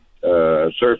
surface